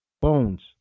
Bones